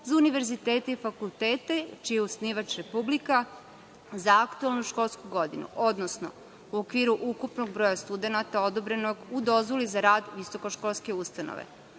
za univerzitete i fakultete čiji je osnivač Republika za aktuelnu školsku godinu, odnosno u okviru ukupnog broja studenata odobrenog u dozvoli za rad visokoškolske ustanove. Ovaj